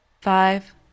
five